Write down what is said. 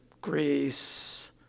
Greece